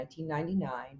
1999